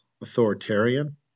authoritarian